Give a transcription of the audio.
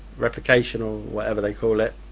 replication, or whatever they call it,